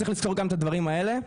צריך לזכור גם את הדברים האלה.